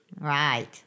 right